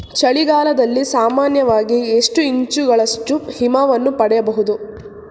ಚಳಿಗಾಲದಲ್ಲಿ ಸಾಮಾನ್ಯವಾಗಿ ಎಷ್ಟು ಇಂಚುಗಳಷ್ಟು ಹಿಮವನ್ನು ಪಡೆಯಬಹುದು?